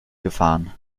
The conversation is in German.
gefahren